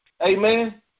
Amen